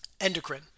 Endocrine